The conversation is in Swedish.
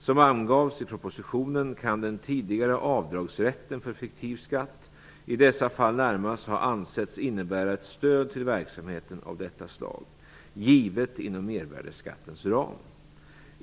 Som angavs i propositionen kan den tidigare avdragsrätten för fiktiv skatt i dessa fall närmast ha ansetts innebära ett stöd till verksamheter av detta slag, givet inom mervärdesskattens ram.